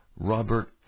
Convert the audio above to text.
Robert